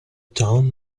town